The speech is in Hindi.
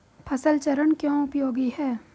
फसल चरण क्यों उपयोगी है?